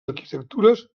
arquitectures